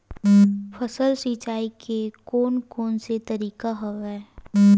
फसल सिंचाई के कोन कोन से तरीका हवय?